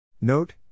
Note